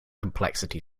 complexity